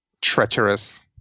treacherous